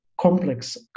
complex